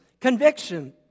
conviction